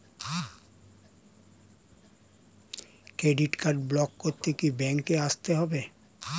Credit card block করতে কি ব্যাংকে আসতে হবে?